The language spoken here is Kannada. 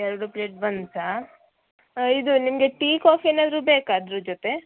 ಎರಡು ಪ್ಲೇಟ್ ಬನ್ಸಾ ಇದು ನಿಮಗೆ ಟೀ ಕಾಫಿ ಏನಾದರು ಬೇಕಾ ಅದ್ರ ಜೊತೆ